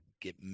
get